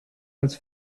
als